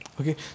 Okay